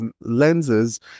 lenses